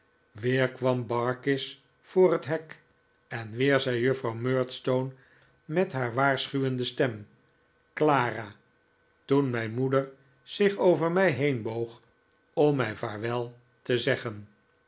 weer kwam barkis voor het hek en weer zei juffrouw murdstone met haar waarschuwende stem clara toen mijn moeder zich over mij heen boog om mij vaarwel te zeggen